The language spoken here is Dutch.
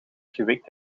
gewikt